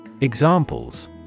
Examples